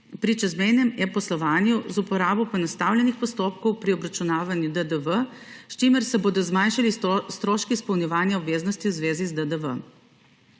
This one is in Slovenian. pri čezmejnem poslovanju z uporabo poenostavljenih postopkov pri obračunavanju DDV, s čimer se bodo zmanjšali stroški izpolnjevanja obveznosti v zvezi z DDV.